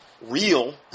real